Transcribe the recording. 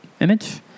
Image